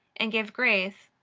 and give grace,